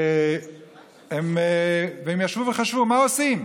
הם ישבו וחשבו מה עושים.